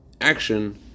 action